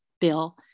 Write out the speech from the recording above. bill